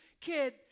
kid